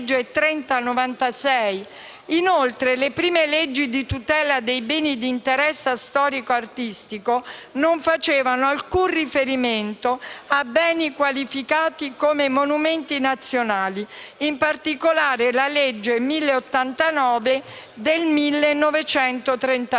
Inoltre le prime leggi di tutela dei beni di interesse storico-artistico non facevano alcun riferimento a beni qualificati come monumenti nazionali: in particolare, la legge n. 1089 del 1939